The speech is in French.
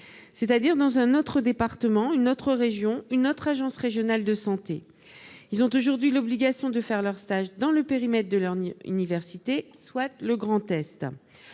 études, d'un autre département, d'une autre région, d'une autre agence régionale de santé, et ont aujourd'hui l'obligation de faire leur stage dans le périmètre de leur université, soit le Grand Est.